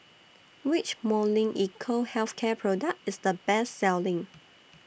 Which Molnylcke Health Care Product IS The Best Selling